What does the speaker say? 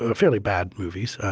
ah fairly bad movies.